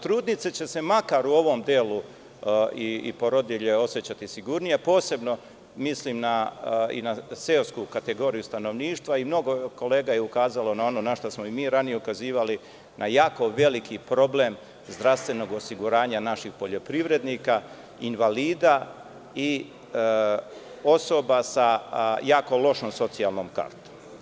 Trudnice će se makar u ovom delu i porodilje osećati sigurnije, a posebno mislim i na seosku kategoriju stanovništva i mnogo kolega je ukazalo na ono na šta smo i mi ranije ukazivali na jako veliki problem zdravstvenog osiguranja naših poljoprivrednika, invalida i osoba sa jako lošom socijalnom kartom.